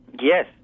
Yes